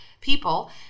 people